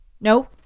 no